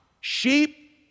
sheep